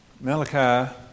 Malachi